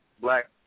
black